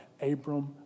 Abram